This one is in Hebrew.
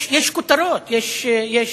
יש כותרות, יש